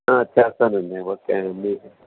చేస్తానండి ఓకే అండి మీకు